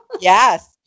Yes